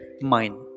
mind